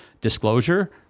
disclosure